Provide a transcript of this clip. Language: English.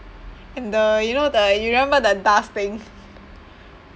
and the you know the you remember the dust thing